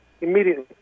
immediately